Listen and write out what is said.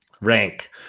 rank